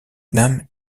nam